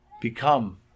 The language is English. become